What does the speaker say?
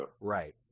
Right